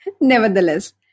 Nevertheless